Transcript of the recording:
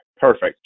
Perfect